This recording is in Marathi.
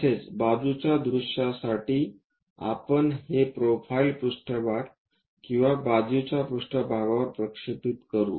तसेच बाजूच्या दृश्यासाठी आपण हे प्रोफाइल पृष्ठभाग किंवा बाजूच्या पृष्ठभागावर प्रक्षेपित करू